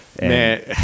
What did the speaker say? Man